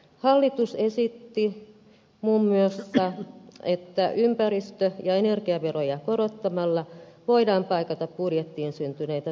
hallitus esitti muun muassa että ympäristö ja energiaveroja korottamalla voidaan paikata budjettiin syntyneitä tulonmenetyksiä